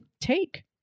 take